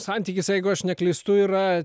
santykis jeigu aš neklystu yra